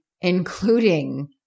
including